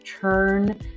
churn